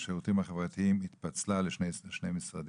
והשירותים החברתיים התפצל לשני משרדים.